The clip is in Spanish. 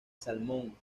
salmón